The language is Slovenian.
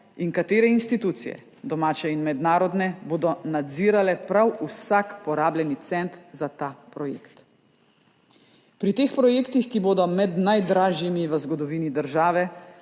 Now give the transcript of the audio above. in katere institucije, domače in mednarodne, bodo nadzirale prav vsak porabljeni cent za ta projekt. Pri teh projektih, ki bodo med najdražjimi v zgodovini države